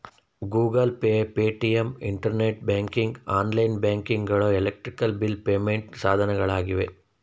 Google Pay, Paytm, internet banking, online banking ಗಳು electric bill payment ಸಾಧನಗಳಾಗಿವೆ